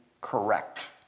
correct